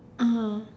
(uh huh)